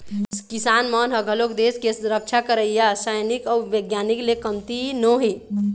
किसान मन ह घलोक देस के रक्छा करइया सइनिक अउ बिग्यानिक ले कमती नो हे